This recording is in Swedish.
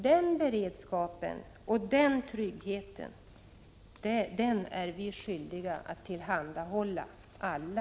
Den beredskapen och den tryggheten är vi skyldiga att tillhandahålla alla.